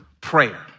prayer